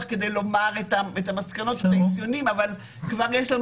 כדי לומר את המסקנות של האפיונים, אבל כבר יש לנו